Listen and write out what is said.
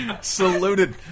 Saluted